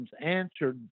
answered